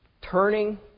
turning